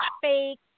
fake